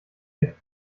mit